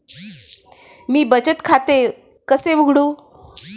मी बचत खाते कसे उघडू?